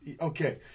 Okay